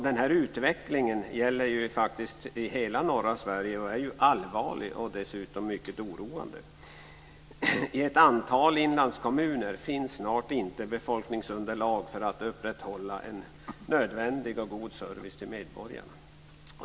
Denna utveckling gäller i hela norra Sverige. Den är allvarlig och dessutom mycket oroande. I ett antal inlandskommuner finns snart inte befolkningsunderlag för att upprätthålla en nödvändig och god service till medborgarna.